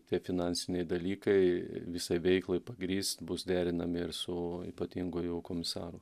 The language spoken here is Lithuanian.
tie finansiniai dalykai visai veiklai pagrįst bus derinami ir su ypatinguoju komisaru